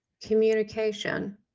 Communication